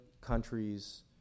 countries